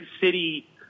city